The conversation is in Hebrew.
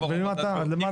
מלמטה עד למעלה.